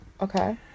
Okay